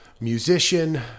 musician